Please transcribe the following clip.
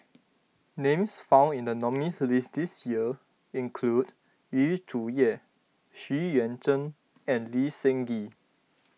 names found in the nominees' list this year include Yu Zhuye Xu Yuan Zhen and Lee Seng Gee